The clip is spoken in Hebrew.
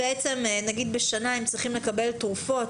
פעמים בשנה הם צריכים לקבל תרופות,